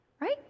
right